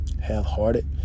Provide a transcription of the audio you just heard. half-hearted